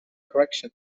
correction